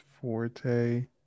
forte